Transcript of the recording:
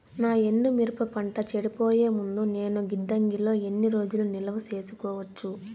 నా ఎండు మిరప పంట చెడిపోయే ముందు నేను గిడ్డంగి లో ఎన్ని రోజులు నిలువ సేసుకోవచ్చు?